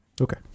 okay